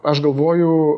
aš galvoju